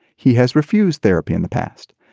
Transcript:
he has refused therapy in the past.